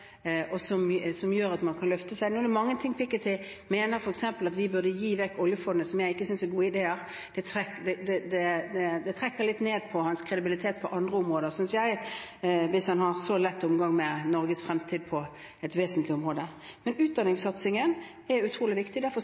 og som gjør at man kan løfte seg. Det er mange ting Piketty mener, f.eks. at vi burde gi vekk oljefondet, som jeg ikke synes er gode ideer. Det trekker litt ned på hans kredibilitet på andre områder, synes jeg, hvis han har så lett omgang med Norges fremtid på et vesentlig område. Men utdanningssatsingen er utrolig viktig, og derfor